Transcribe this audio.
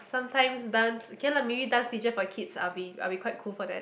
sometimes dance can lah maybe dance teacher for kids are be are be quite cool for that